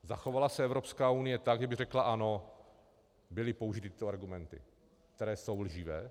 Zachovala se Evropská unie tak, že by řekla ano, byly použity tyto argumenty, které jsou lživé.